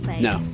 No